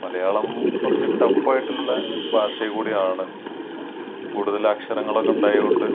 മലയാളം കുറച്ച് ടാഫ് ആയിട്ടുള്ള ഭാഷ കൂടി ആണ് കൂടുതൽ അക്ഷരങ്ങളൊക്കെ ഉണ്ടായത് കൊണ്ട്